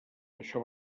això